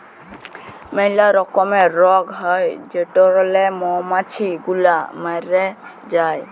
ম্যালা রকমের রগ হ্যয় যেটরলে মমাছি গুলা ম্যরে যায়